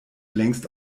längst